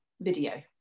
video